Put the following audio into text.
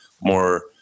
more